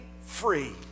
free